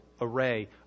array